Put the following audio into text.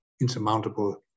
insurmountable